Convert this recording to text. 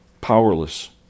powerless